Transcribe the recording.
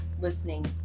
listening